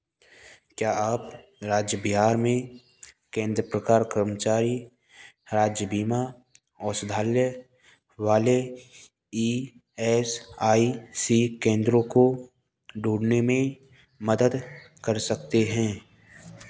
क्या आप राज्य बिहार में केंद्र प्रकार कर्मचारी राज्य बीमा औषधालय वाले ई एस आई सी केंद्रो को ढूँढने में मदद कर सकते हैं